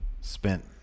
Spent